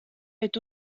est